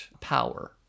power